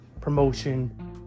promotion